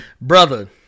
Brother